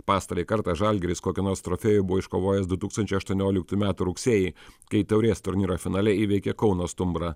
pastarąjį kartą žalgiris kokį nors trofėjų buvo iškovojęs du tūkstančiai aštuonioliktų metų rugsėjį kai taurės turnyro finale įveikė kauno stumbrą